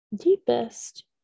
deepest